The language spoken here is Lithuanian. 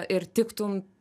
ir tiktum